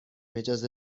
اجازه